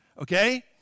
okay